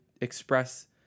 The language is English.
express